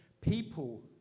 people